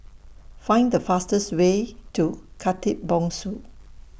Find The fastest Way to Khatib Bongsu